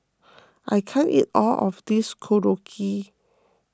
I can't eat all of this Korokke